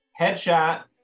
Headshot